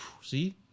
See